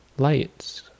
Lights